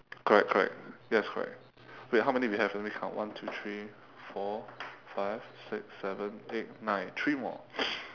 correct correct yes correct wait how many we have let me count one two three four five six seven eight nine three more